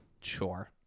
Sure